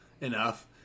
enough